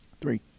Three